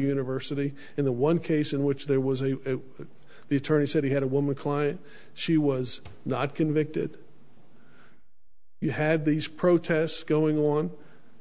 university in the one case in which there was a the attorney said he had a woman client she was not convicted you had these protests going on